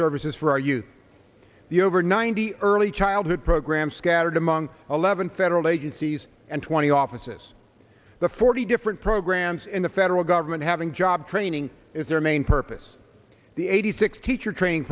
services for our youth the over ninety early childhood programs scattered among eleven federal agencies and twenty offices the forty different programs in the federal government having job training is their main purpose the eighty six teacher training